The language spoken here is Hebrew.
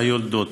והיולדות